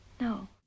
No